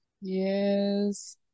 yes